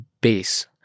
base